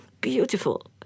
Beautiful